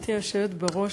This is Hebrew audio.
גברתי היושבת בראש,